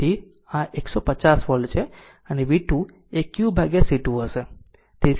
તેથી આ 150 વોલ્ટ છે અને v 2 એ qC2 હશે